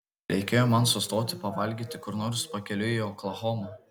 reikėjo man sustoti pavalgyti kur nors pakeliui į oklahomą